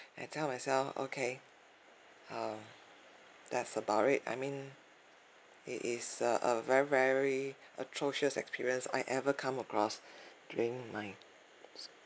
I tell myself okay uh that's about it I mean it is a a very very atrocious experience I ever come across during my s~